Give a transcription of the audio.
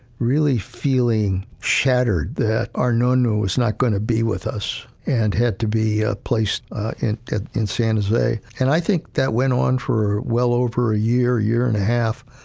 really feeling shattered that our nonno was not going to be with us and had to be ah placed in in san jose. and i think that went on for well over a year, year and a half.